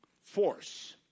force